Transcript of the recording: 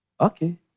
Okay